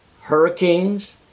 hurricanes